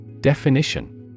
Definition